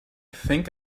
think